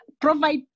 provide